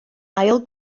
ail